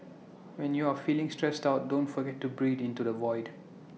when you are feeling stressed out don't forget to breathe into the void